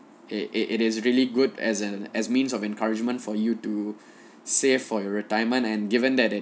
it it is really good as in as means of encouragement for you to save for your retirement and given that it